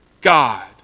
God